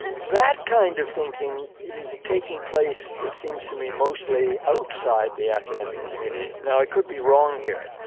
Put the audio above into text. that kind of thinking is taking place, it seems to me, mostly outside the academic community. now, i could be wrong here.